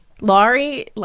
Laurie